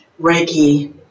Reiki